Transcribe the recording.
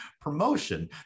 promotion